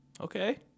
okay